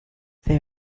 they